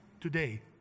today